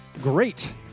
great